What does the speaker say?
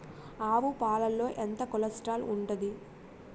ఆవు పాలలో ఎంత కొలెస్ట్రాల్ ఉంటుంది?